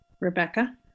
Rebecca